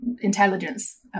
intelligence